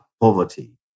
poverty